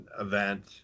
event